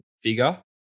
figure